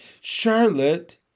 Charlotte